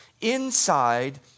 inside